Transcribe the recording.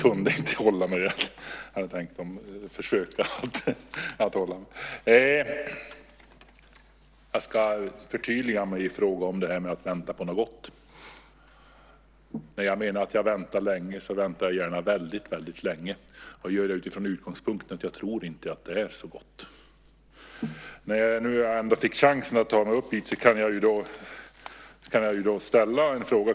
Herr talman! Jag ska förtydliga vad jag sade om att vänta på något gott. Jag menar att när jag väntar länge väntar jag gärna väldigt länge om jag gör det med utgångspunkt i att jag inte tror att det är så gott. När jag nu fick chansen vill jag ställa en fråga.